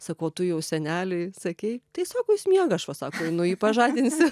sakau o tu jau seneliui sakei tai sako jis miega aš va sako einu į pažadinsiu